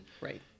Right